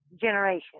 generation